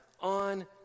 on